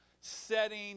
setting